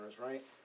right